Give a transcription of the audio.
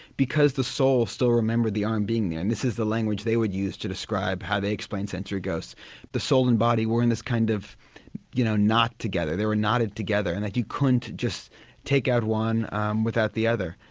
because the soul still remembered the arm being there and this is the language they would use to describe how they explained sensory ghosts the soul and body were in this kind of you know knot together, they were knotted together and like you couldn't just take out one um without the other.